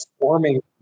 forming